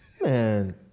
Man